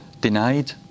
denied